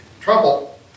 trouble